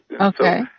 Okay